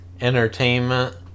entertainment